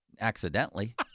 accidentally